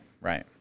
right